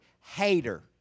hater